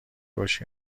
رشد